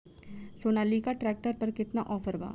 Sonalika tractor पर केतना offer बा?